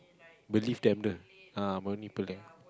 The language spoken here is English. believe them ah